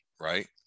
right